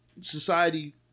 society